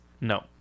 No